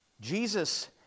Jesus